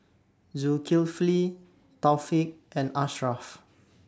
Zulkifli Taufik and Ashraf